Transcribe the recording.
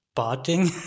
parting